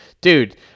dude